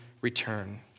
return